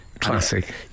Classic